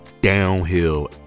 downhill